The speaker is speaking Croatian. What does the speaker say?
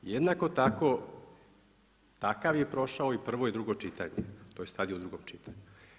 Jednako tako, takav je prošao i prvo i drugo čitanje, tj. sad je u drugom čitanju.